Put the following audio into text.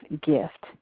gift